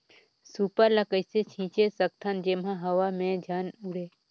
Super ल कइसे छीचे सकथन जेमा हवा मे झन उड़े?